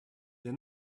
they